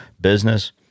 business